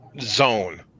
zone